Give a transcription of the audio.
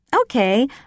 Okay